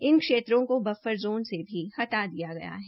इन क्षेत्रों को buffer zone से भी हटा दिया गया है